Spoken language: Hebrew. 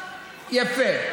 במסגרות המיוחדות, יפה.